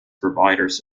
providers